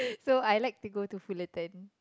so I like to go to Fullerton